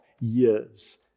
years